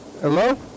Hello